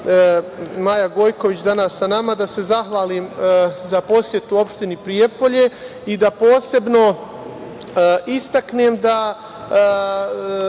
Maja Gojković danas sa nama, da se zahvalim za posetu u opštini Prijepolje i da posebno istaknem da